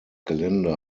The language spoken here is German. gelände